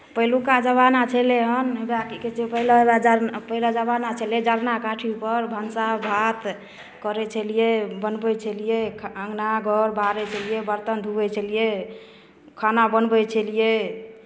पहिलुका जमाना छलय हन हउएह की कहै छै पहिले हउएह पहिले जमाना छलय जरना काठीपर भनसा भात करै छलियै बनबै छलियै घ अङना घर बहारै छलियै बर्तन धूऐत छलियै खाना बनबै छलियै